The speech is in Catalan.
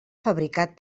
fabricat